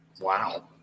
Wow